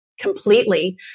completely